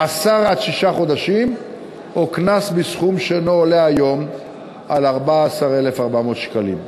מאסר עד שישה חודשים או קנס בסכום שאינו עולה היום על 14,400 שקלים.